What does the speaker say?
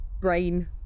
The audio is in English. brain